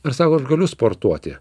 ir sako aš galiu sportuoti